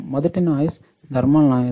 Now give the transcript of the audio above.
మొదటి noise thermal noise